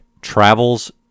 travels